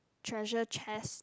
treasure chest